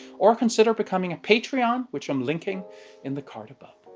or consider becoming a patreon, which i'm linking in the card above.